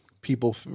people